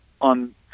on